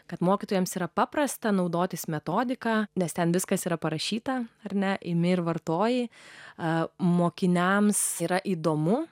kad mokytojams yra paprasta naudotis metodika nes ten viskas yra parašyta ar ne imi ir vartoji a mokiniams yra įdomu